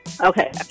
Okay